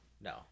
no